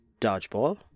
dodgeball